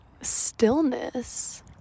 stillness